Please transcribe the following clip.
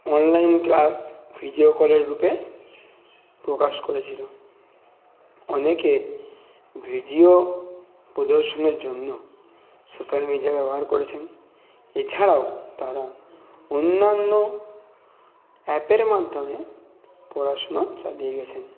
online class video কলের রূপে প্রকাশ করেছিল অনেকে ভিডিও প্রদর্শনের জন্য সোশাল মিডিয়া ব্যবহার করেছেন এছাড়াও তারা অন্যান্য অ্যাপের মাধ্যমে পড়াশুনো চালিয়ে গিয়েছেন